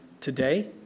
today